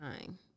time